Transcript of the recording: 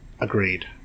agreed